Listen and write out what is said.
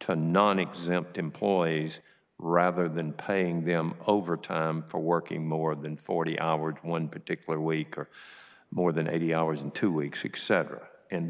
to nonexempt employees rather than paying them over time for working more than forty hours one particular week or more than eighty hours in two weeks accept her and the